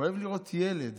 כואב לראות ילד